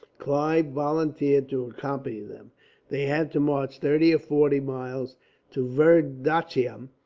clive volunteered to accompany them they had to march thirty or forty miles to verdachelam,